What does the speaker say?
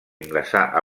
ingressar